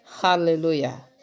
Hallelujah